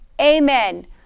amen